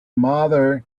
mother